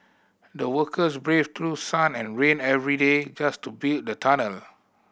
the workers braved through sun and rain every day just to build the tunnel